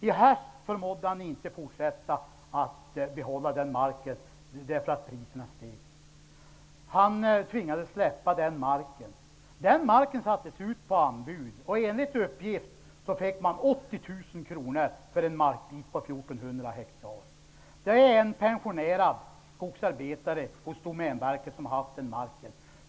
I höstas förmådde han inte att fortsätta att arrendera denna mark, därför att priset steg. Han tvingades släppa ifrån sig marken. Denna mark lämnades då ut på anbud. Enligt uppgift betalades 80 000 kr i arrende för en markbit på 1 400 hektar. Det är alltså en numera pensionerad skogsarbetare, som varit anställd hos Domänverket, som har innehaft denna mark.